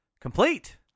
complete